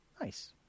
Nice